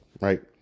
right